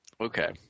Okay